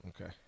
Okay